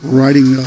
writing